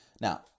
Now